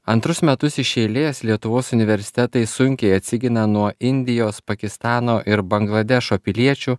antrus metus iš eilės lietuvos universitetai sunkiai atsigina nuo indijos pakistano ir bangladešo piliečių